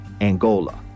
Angola